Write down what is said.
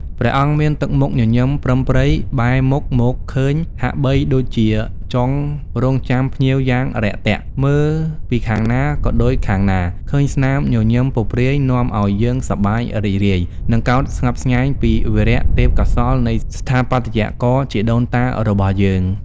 ព្រះអង្គមានទឹកមុខញញឹមប្រឹមប្រិយ បែរមុខមកឃើញហាក់បីដូចជាចង់រង់ចាំភ្ញៀវយ៉ាងរាក់ទាក់ មើលពីខាងណាក៏ដូចខាងណា ឃើញស្នាមញញឹម ពព្រាយនាំឱ្យយើងសប្បាយរីករាយ និងកោតស្ញប់ស្ញែងពីវីរទេពកោសល្យនៃស្ថាបត្យករជាដូនតារបស់យើង។